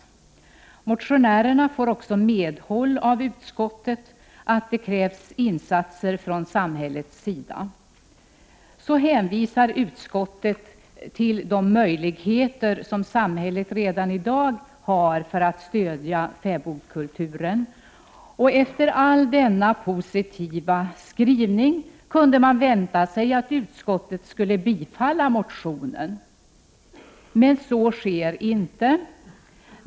Motionärerna får också medhåll av utskottet: att det krävs insatser från samhällets sida. Så hänvisar utskottet till de möjligheter som samhället redan i dag har att stödja fäbodkulturen. Efter all denna positiva skrivning kunde man vänta sig att utskottet skulle biträda motionen, men så sker inte.